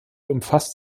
umfasst